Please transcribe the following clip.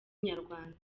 inyarwanda